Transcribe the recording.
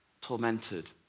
tormented